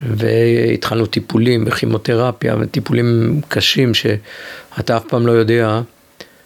והתחלנו טיפולים בחימותרפיה וטיפולים קשים שאתה אף פעם לא יודע.